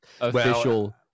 official